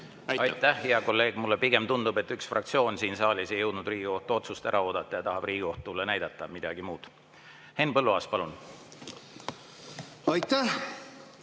Aitäh! Hea kolleeg, mulle pigem tundub, et üks fraktsioon siin saalis ei jõudnud Riigikohtu otsust ära oodata ja tahab Riigikohtule näidata midagi muud. Henn Põlluaas, palun! Aitäh!